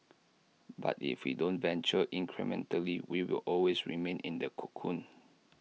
but if we don't venture incrementally we will always remain in the cocoon